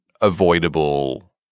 avoidable